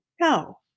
No